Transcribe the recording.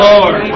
Lord